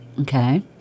Okay